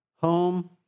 home